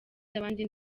z’abandi